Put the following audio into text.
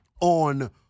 on